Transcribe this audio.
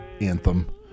anthem